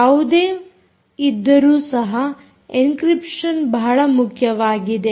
ಯಾವುದೇ ಇದ್ದರೂ ಸಹ ಎಂಕ್ರಿಪ್ಷನ್ ಬಹಳ ಮುಖ್ಯವಾಗಿದೆ